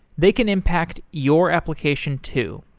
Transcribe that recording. they can impact your application too.